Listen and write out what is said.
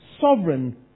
sovereign